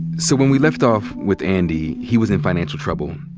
so when we left off with andy, he was in financial trouble.